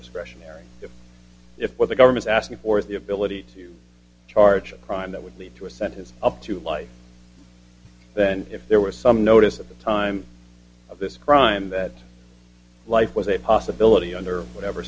discretionary if what the government asking for the ability to charge a crime that would lead to a sense is up to life then if there was some notice at the time of this crime that life was a possibility under whatever